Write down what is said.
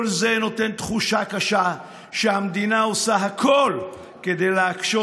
כל זה נותן תחושה קשה שהמדינה עושה הכול כדי להקשות